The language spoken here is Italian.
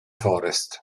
forest